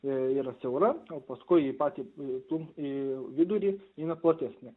yra siaura o paskui į patį plun į vidurį eina platesnė